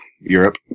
Europe